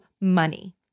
money